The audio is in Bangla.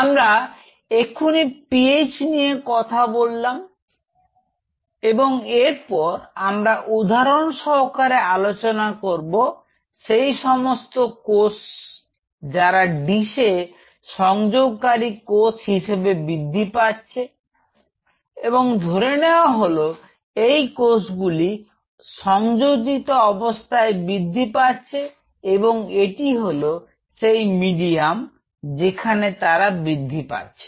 আমরা এক্ষুনি PH নিয়ে কথা বললাম এবং এরপর আমরা উদাহরণ সহকারে আলোচনা করব সেই সমস্ত কোষ সম্বন্ধে যারা ডিসে সংযোগকারী কোষ হিসেবে বৃদ্ধি পাচ্ছে এবং ধরে নেওয়া হলো এই কোষগুলি সংযোজিত অবস্থায় বৃদ্ধি পাচ্ছে এবং এটি হলো সেই মিডিয়াম যেখানে তারা বৃদ্ধি পাচ্ছে